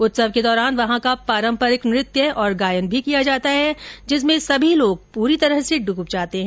उत्सव के दौरान वहां का पारम्परिक नृत्य और गायन भी किया जाता है जिसमें सभी लोग पूरी तरह से डूब जाते है